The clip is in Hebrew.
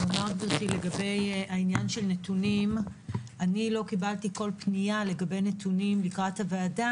לגבי נתונים - אני לא קיבלתי כל פנייה לגבי נתונים לקראת הישיבה,